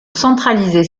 centralisée